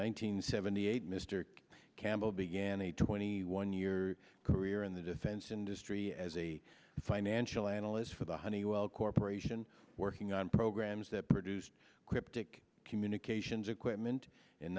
hundred seventy eight mr campbell began a twenty one year career in the defense industry as a financial analyst for the honeywell corporation working on programs that produced cryptic communications equipment in